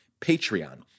Patreon